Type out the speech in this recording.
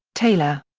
taylor.